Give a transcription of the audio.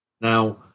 Now